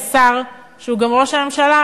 השר שהוא גם ראש הממשלה,